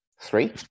Three